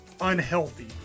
unhealthy